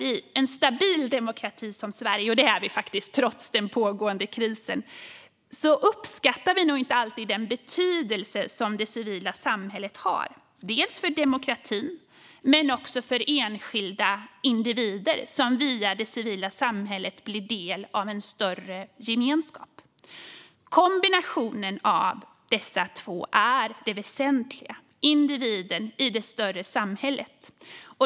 I en stabil demokrati som Sverige - och det är vi faktiskt trots den pågående krisen - uppskattar vi nog inte alltid den betydelse som det civila samhället har dels för demokratin, dels för enskilda individer som via det civila samhället blir del av en större gemenskap. Kombinationen av dessa två är det väsentliga - individen i det större samhället.